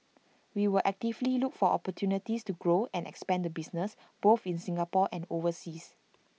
we will actively look for opportunities to grow and expand the business both in Singapore and overseas